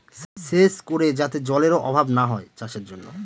সেচ করে যাতে জলেরর অভাব না হয় চাষের জন্য